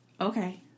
Okay